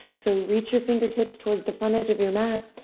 so reach your fingertips towards the front edge of your mat.